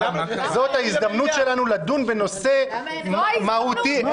זאת ההזדמנות שלנו לדון בנושא מהותי.